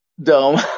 dome